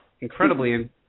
incredibly